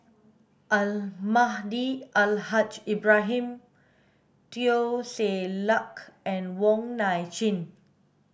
Almahdi Al Haj Ibrahim Teo Ser Luck and Wong Nai Chin